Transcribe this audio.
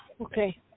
Okay